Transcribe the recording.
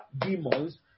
demons